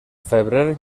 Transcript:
febrer